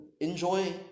enjoy